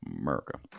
America